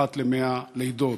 אחת ל-100 לידות,